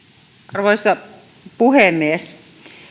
arvoisa puhemies